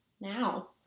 now